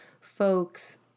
folks